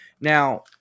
Now